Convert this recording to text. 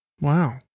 Wow